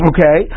Okay